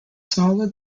solid